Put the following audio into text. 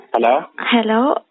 Hello